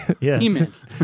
Yes